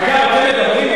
אגב, אתם מדברים?